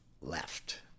left